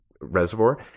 reservoir